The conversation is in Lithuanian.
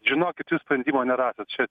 žinokitjūs sprendimo nerasit čia